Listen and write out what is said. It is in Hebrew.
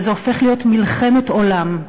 וזה הופך להיות מלחמת עולם,